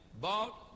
bought